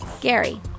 Gary